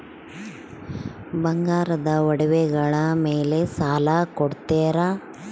ಬಂಗಾರದ ಒಡವೆಗಳ ಮೇಲೆ ಸಾಲ ಕೊಡುತ್ತೇರಾ?